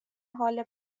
حال